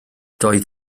doedd